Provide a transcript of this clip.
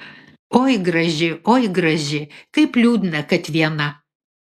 oi graži oi graži kaip liūdna kad viena